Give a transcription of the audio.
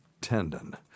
tendon